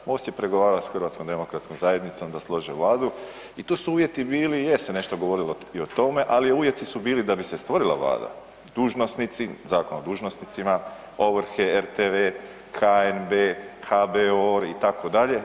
MOST je pregovarao sa HDZ-om da slože Vladu i tu su uvjeti bili, je se nešto govorilo i o tome, ali uvjeti su bili da bi se stvorila Vlada dužnosnici, Zakon o dužnosnicima, ovrhe, RTV, HNB, HBOR itd.